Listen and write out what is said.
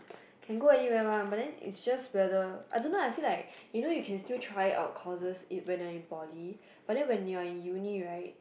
can go anyway where one but then is just whether don't know I feel like you know you can still try out courses it when you are in poly but then when you are in uni right